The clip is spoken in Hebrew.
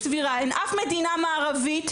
אין אף מדינה מערבית,